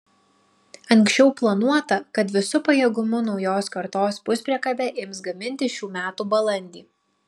anksčiau planuota kad visu pajėgumu naujos kartos puspriekabę ims gaminti šių metų balandį